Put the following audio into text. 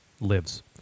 lives